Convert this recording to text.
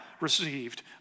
received